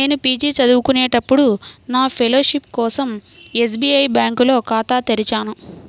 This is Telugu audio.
నేను పీజీ చదువుకునేటప్పుడు నా ఫెలోషిప్ కోసం ఎస్బీఐ బ్యేంకులో ఖాతా తెరిచాను